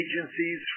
agencies